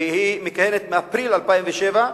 והיא מכהנת מאפריל 2007,